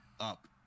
up